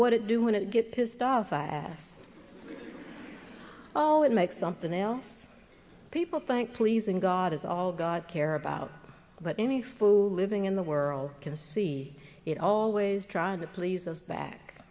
it do when it get pissed off ask oh and make something else people think pleasing god is all god care about but any food living in the world can see it always trying to please us back